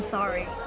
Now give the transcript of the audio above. sorry.